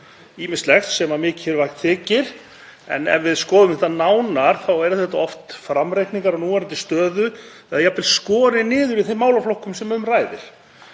ýmislegt sem mikilvægt þykir. En ef við skoðum þetta nánar þá eru þetta oft framreikningar á núverandi stöðu eða jafnvel skorið niður í þeim málaflokkum sem um ræðir.